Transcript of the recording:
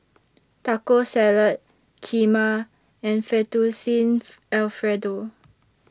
Taco Salad Kheema and Fettuccine Alfredo